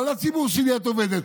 לא על הציבור שלי את עובדת,